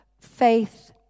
faith